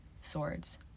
swords